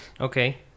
Okay